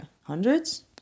Hundreds